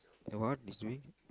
and what he's doing